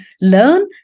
learn